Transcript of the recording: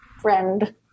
Friend